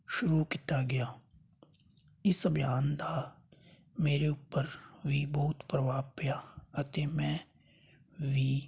ਸ਼ੁਰੂ ਕੀਤਾ ਗਿਆ ਇਸ ਅਭਿਆਨ ਦਾ ਮੇਰੇ ਉੱਪਰ ਵੀ ਬਹੁਤ ਪ੍ਰਭਾਵ ਪਿਆ ਅਤੇ ਮੈਂ ਵੀ